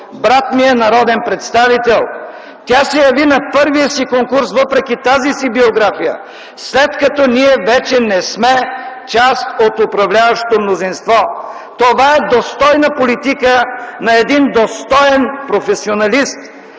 брат ми е народен представител.” Тя се яви на първия си конкурс въпреки тази си биография, след като ние вече не сме част от управляващото мнозинство. Това е достойна политика на един достоен професионалист.